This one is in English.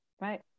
Right